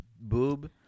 boob